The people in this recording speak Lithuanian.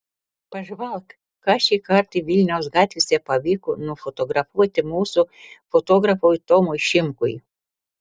pažvelk ką šį kartą vilniaus gatvėse pavyko nufotografuoti mūsų fotografui tomui šimkui